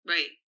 Right